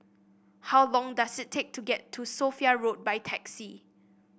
how long does it take to get to Sophia Road by taxi